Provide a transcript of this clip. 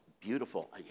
beautiful